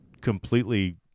completely